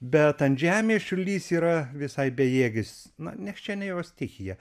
bet ant žemės čiurlys yra visai bejėgis na nes čia ne jo stichija